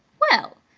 well!